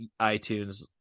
itunes